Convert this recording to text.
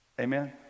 amen